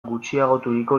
gutxiagoturiko